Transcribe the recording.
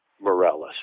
Morales